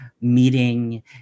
meeting